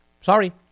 Sorry